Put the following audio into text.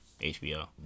HBO